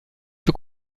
für